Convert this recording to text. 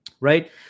Right